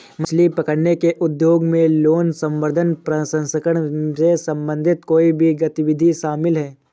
मछली पकड़ने के उद्योग में लेने, संवर्धन, प्रसंस्करण से संबंधित कोई भी गतिविधि शामिल है